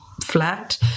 flat